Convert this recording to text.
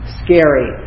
scary